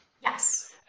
Yes